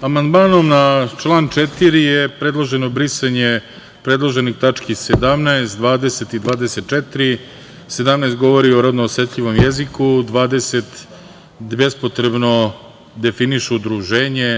Amandmanom na član 4. je predloženo brisanje predloženih tački 17, 20. i 24. Tačka 17) govori o rodno osetljivom jeziku, 20) bespotrebno definiše udruženje,